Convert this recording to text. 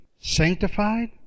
sanctified